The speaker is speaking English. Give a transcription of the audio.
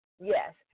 yes